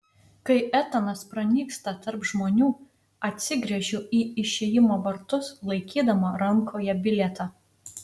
kai etanas pranyksta tarp žmonių atsigręžiu į išėjimo vartus laikydama rankoje bilietą